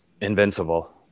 invincible